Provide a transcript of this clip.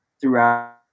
throughout